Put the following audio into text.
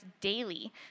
daily